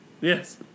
Yes